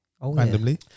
randomly